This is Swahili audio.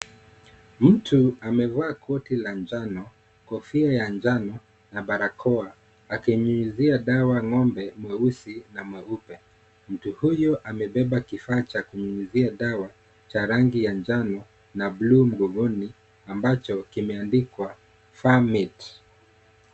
Mtu amevaa koti la njano kofia ya njano na barakoa akinyunyizia dawa ng'ombe mweusi na mweupe, mtu huyo amebeba kifaa cha kunyunyizia dawa cha rangi ya njano na bluu mgongoni ambacho kimeandikwa farm it .